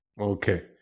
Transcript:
Okay